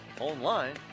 Online